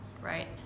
Right